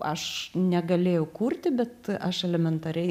aš negalėjau kurti bet aš elementariai